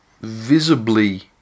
visibly